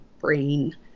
brain